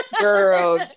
Girl